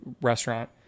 restaurant